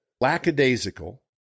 lackadaisical